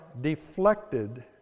deflected